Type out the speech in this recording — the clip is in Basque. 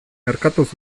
erkatuz